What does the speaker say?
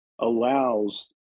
allows